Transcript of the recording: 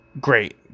great